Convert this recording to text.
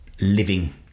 living